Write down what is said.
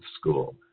School